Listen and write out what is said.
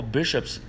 bishops